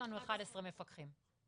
סגן שר במשרד ראש הממשלה אביר קארה: